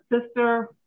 sister